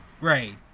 Right